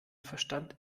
verstand